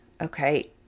Okay